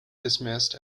dismissed